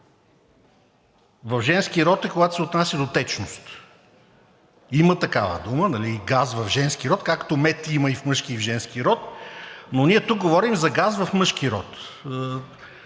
В женски род е, когато се отнася до течност. Има такава дума – газ в женски род, както мед има и в мъжки, и в женски род, но ние тук говорим за газ в мъжки род.